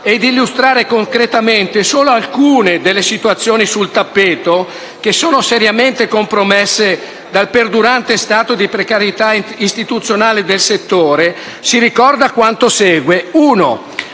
ed illustrare concretamente solo alcune delle situazioni sul tappeto seriamente compromesse dal perdurante stato di precarietà istituzionale del settore, si ricorda quanto segue: